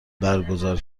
برگزار